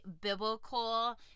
biblical